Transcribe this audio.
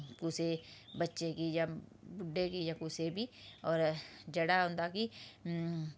कुसै बच्चे गी जां बुड्डे गी जां कुसै बी होर जेह्ड़ा होंदा कि